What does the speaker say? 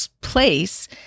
place